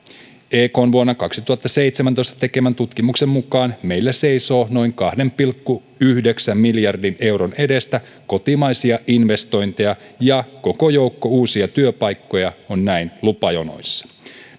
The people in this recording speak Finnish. ekn vuonna kaksituhattaseitsemäntoista tekemän tutkimuksen mukaan meillä seisoo noin kahden pilkku yhdeksän miljardin euron edestä kotimaisia investointeja ja koko joukko uusia työpaikkoja on näin lupajonoissa